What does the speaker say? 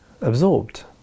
absorbed